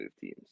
teams